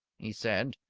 he said.